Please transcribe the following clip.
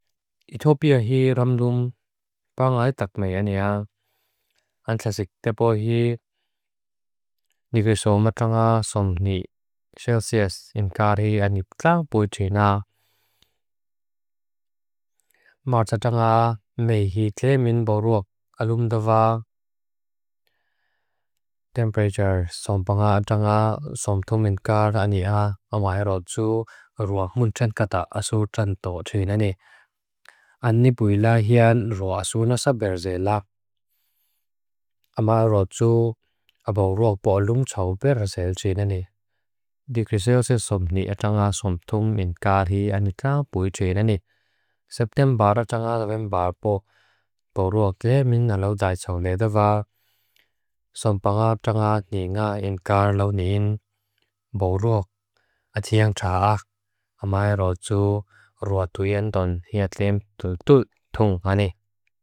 Ithopia hi ram lum, pa ngai tak mea nea. Antlasik tepo hi niviso matanga son ni. Celsius inkari aniplang pui trena. Marta tanga me hi tle min boruak. Alumdava temperature son panga tanga son tum inkar aniha. Awahero tsu ruwa hun chan kata asu chanto trena ne. Anipuila hian ruwa sunasap erze lak. Amaero tsu aboruak borulung chau pera sel trena ne. Dikrisiosit son ni atanga son tum inkar hi aniplang pui trena ne. Septyam bara tanga raven barbo boruak ke min alau daichang ledava. Son panga tanga ni nga inkar lau nin boruak. Atiang chaak. Amaero tsu ruwa tuyen ton hiat lem tutut tung ani.